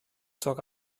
zog